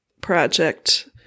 project